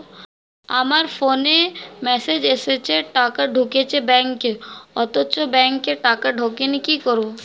আমার ফোনে মেসেজ এসেছে টাকা ঢুকেছে ব্যাঙ্কে অথচ ব্যাংকে টাকা ঢোকেনি কি করবো?